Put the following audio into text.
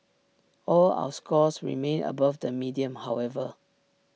all our scores remain above the median however